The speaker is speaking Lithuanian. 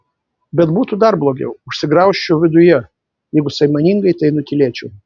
bet būtų dar blogiau užsigraužčiau viduje jeigu sąmoningai tai nutylėčiau